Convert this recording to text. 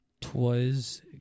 Twas